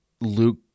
Luke